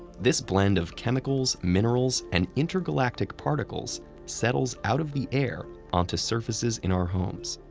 this blend of chemicals, minerals, and intergalactic particles settles out of the air onto surfaces in our homes,